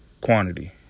quantity